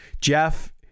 Jeff